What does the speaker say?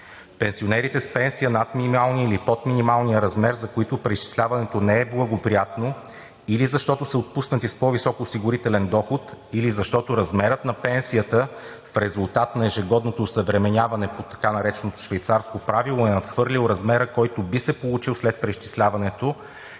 Пенсионерите с пенсия над минималния или под минималния размер, за които преизчисляването не е благоприятно или защото са отпуснати с по-висок осигурителен доход, или защото размерът на пенсията в резултат на ежегодното осъвременяване по така нареченото Швейцарско правило, е надхвърлил размерът, който би се получил след преизчисляването,